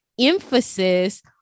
emphasis